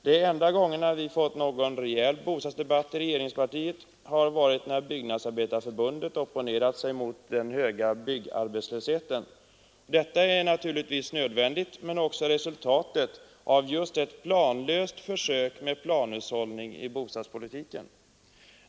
De enda gångerna vi fått någon rejäl bostadsdebatt i regeringspartiet har varit när Byggnadsarbetareförbundet opponerat sig mot den höga byggarbetslösheten. Detta är naturligtvis nödvändigt men byggarbetslösheten är också resultatet just av ett planlöst försök med planhushållning i bostadspolitiken.